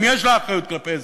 אם יש לה אחריות כלפי אזרחיה.